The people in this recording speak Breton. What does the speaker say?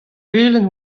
velen